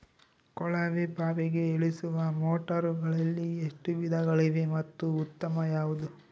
ಕೊಳವೆ ಬಾವಿಗೆ ಇಳಿಸುವ ಮೋಟಾರುಗಳಲ್ಲಿ ಎಷ್ಟು ವಿಧಗಳಿವೆ ಮತ್ತು ಉತ್ತಮ ಯಾವುದು?